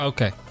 Okay